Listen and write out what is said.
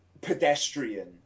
pedestrian